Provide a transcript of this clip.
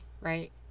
right